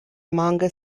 manga